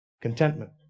Contentment